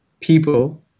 people